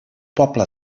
poble